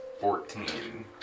Fourteen